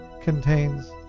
contains